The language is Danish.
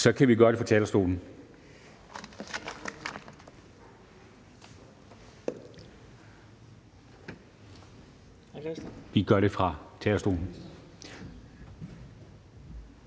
kan det jo ske oppe fra talerstolen. Vi gør det fra talerstolen